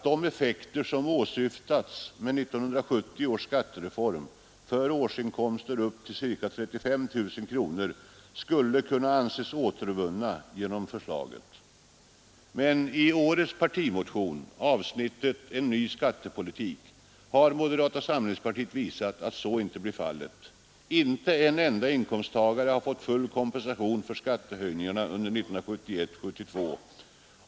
de effekter som åsyftats med 1970 års skattereform för årsinkomster upp till ca 35 000 kronor skulle kunna anses återvunna genom förslaget. Men i årets partimotion — avsnittet En ny skattepolitik — har moderata samlingspartiet visat att så inte blir fallet. Inte en enda inkomsttagare har fått full kompensation för skattehöjningarna under 1971 och 1972.